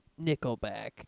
Nickelback